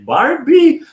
Barbie